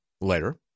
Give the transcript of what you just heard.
later